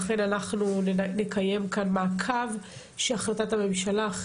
לכן נקיים כאן מעקב אחר החלטת הממשלה ונוודא